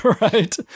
right